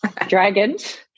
Dragons